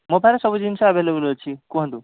ମୋ ପାଖରେ ସବୁ ଜିନିଷ ଆଭେଲେବୁଲ୍ ଅଛି କୁହନ୍ତୁ